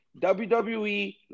WWE